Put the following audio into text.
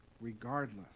regardless